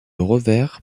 revers